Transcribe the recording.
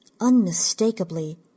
unmistakably